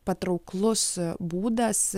patrauklus būdas